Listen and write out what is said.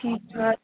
ٹھیٖک چھُ حظ